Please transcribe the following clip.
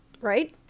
Right